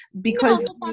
because-